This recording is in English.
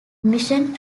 mission